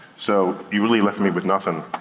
so, you really left me with nothing.